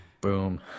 Boom